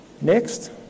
Next